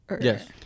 Yes